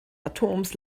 atoms